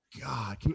God